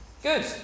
good